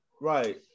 Right